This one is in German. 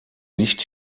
nicht